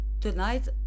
tonight